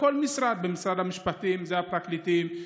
בכל משרד: במשרד המשפטים אלה הפרקליטים,